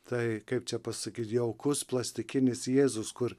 tai kaip čia pasakyt jaukus plastikinis jėzus kur